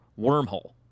wormhole